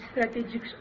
strategic